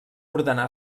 ordenar